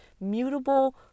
mutable